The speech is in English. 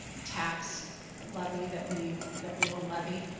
tax levy that we that we will levy.